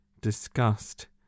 disgust